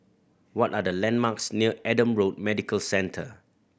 what are the landmarks near Adam Road Medical Centre